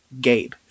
Gabe